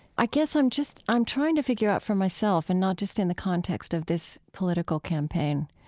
i guess i'm just i'm trying to figure out for myself, and not just in the context of this political campaign,